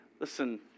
Listen